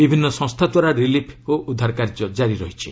ବିଭିନ୍ନ ସଂସ୍ଥାଦ୍ୱାରା ରିଲିଫ୍ ଓ ଉଦ୍ଧାର କାର୍ଯ୍ୟ କାରି ରହିଛି